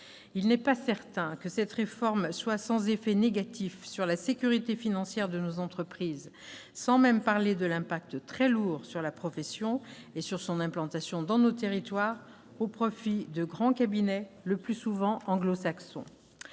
Il n'est pas certain que cette réforme soit sans effet négatif sur la sécurité financière de nos entreprises, sans même parler de l'impact très lourd sur la profession et sur son implantation dans nos territoires, au profit de grands cabinets le plus souvent anglo-saxons.